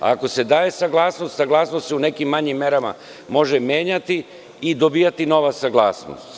Ako se daje saglasnost, saglasnost je u nekim manjim merama može menjati i dobijati nova saglasnost.